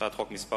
הצעת חוק מס'